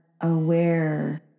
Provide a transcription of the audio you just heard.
aware